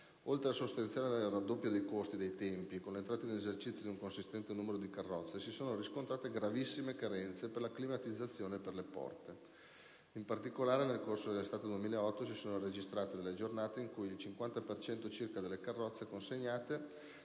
Oltre al sostanziale raddoppio dei costi e dei tempi, con l'entrata in esercizio di un consistente numero di carrozze, si sono riscontrate gravissime carenze per la climatizzazione e per le porte. In particolare, nel corso dell'estate 2008, si sono registrate delle giornate in cui il 50 per cento circa delle carrozze consegnate